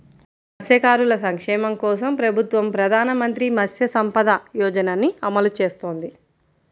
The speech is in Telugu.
మత్స్యకారుల సంక్షేమం కోసం ప్రభుత్వం ప్రధాన మంత్రి మత్స్య సంపద యోజనని అమలు చేస్తోంది